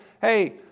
hey